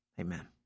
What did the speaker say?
Amen